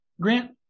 grant